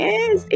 Yes